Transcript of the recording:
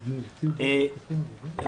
אחד,